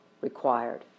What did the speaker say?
required